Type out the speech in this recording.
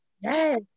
Yes